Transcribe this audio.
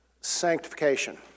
sanctification